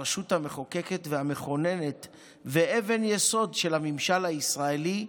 הרשות המחוקקת והמכוננת ואבן יסוד של הממשל הישראלי,